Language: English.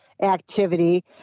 Activity